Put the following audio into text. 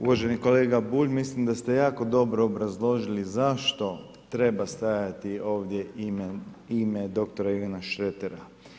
Uvaženi kolega Bulj, mislim da ste jako dobro obrazložili zašto treba stajati ovdje ime doktora Ivana Šretera.